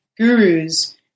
gurus